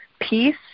peace